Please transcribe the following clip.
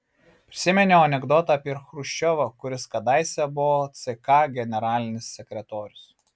prisiminiau anekdotą apie chruščiovą kuris kadaise buvo ck generalinis sekretorius